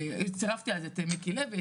צירפתי אז את מיקי לוי,